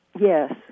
Yes